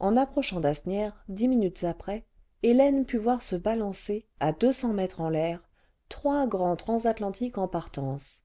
en approchant d'asnières dix minutes après hélène put voir se balancer à deux cents mètres en l'air trois grands transatlantiques en partance